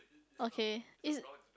okay it's